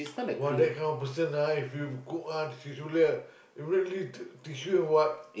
!wah! that kind of person ah if you cook ah did you really take tissue and wipe